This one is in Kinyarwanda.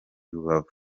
rubavu